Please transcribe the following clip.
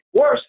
worse